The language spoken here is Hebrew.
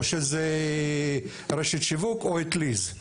או שזה רשת שיווק או אטליז.